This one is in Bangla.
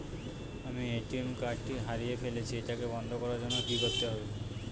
আমি এ.টি.এম কার্ড টি হারিয়ে ফেলেছি এটাকে বন্ধ করার জন্য কি করতে হবে?